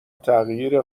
تغییر